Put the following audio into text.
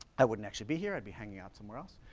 i wouldn't actually be here, i'd be hanging out somewhere else.